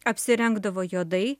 apsirengdavo juodai